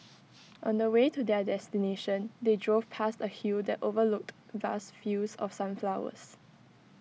on the way to their destination they drove past A hill that overlooked vast fields of sunflowers